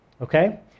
Okay